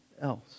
else